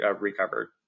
recovered